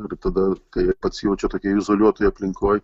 ir tada kai jie pasijaučiau tokioj izoliuotoj aplinkoj